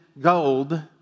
gold